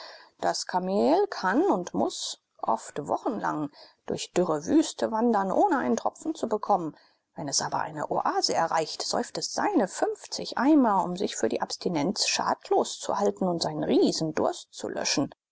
das kamel kann und muß oft wochenlang durch dürre wüste wandern ohne einen tropfen zu bekommen wenn es aber eine oase erreicht säuft es seine fünfzig eimer um sich für die abstinenz schadlos zu halten und seinen riesendurst zu löschen